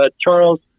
Charles